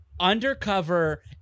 undercover